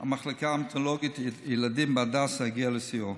המחלקה ההמטו-אונקולוגית ילדים בהדסה הגיע לשיאו,